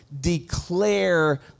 declare